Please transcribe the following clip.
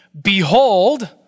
Behold